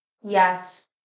Yes